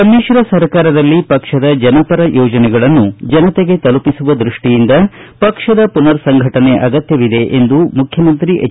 ಸಮ್ಮಿಕ್ರ ಸರ್ಕಾರದಲ್ಲಿ ಪಕ್ಷದ ಜನಪರ ಯೋಜನೆಗಳನ್ನು ಜನತೆಗೆ ತಲುಪಿಸುವ ದೃಷ್ಟಿಯಿಂದ ಪಕ್ಷದ ಪುನರ್ ಸಂಘಟನೆ ಅಗತ್ನವಿದೆ ಎಂದು ಮುಖ್ಯಮಂತ್ರಿ ಎಚ್